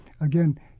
Again